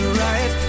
right